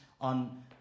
on